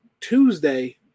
Tuesday